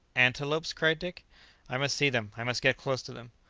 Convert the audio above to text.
antelopes! cried dick i must see them i must get close to them.